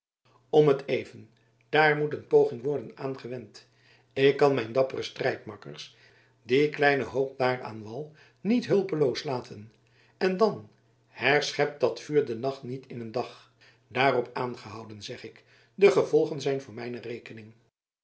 om t even daar moet een poging worden aangewend ik kan mijn dappere strijdmakkers dien kleinen hoop daar aan wal niet hulpeloos laten en dan herschept dat vuur den nacht niet in een dag daarop aangehouden zeg ik de gevolgen zijn voor mijne rekening